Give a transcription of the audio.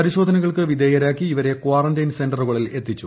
പരിശോധനകൾക്ക് വിധേയരാക്കി ഇവരെ ക്വാറന്റൈൻ സെന്ററുകളിൽ എത്തിച്ചു